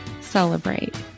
celebrate